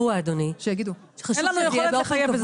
אין לנו יכולת לחייב.